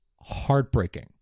Heartbreaking